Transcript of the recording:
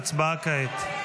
ההצבעה כעת.